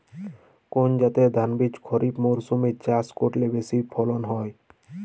কোন জাতের ধানবীজ খরিপ মরসুম এ চাষ করলে বেশি ফলন হয়?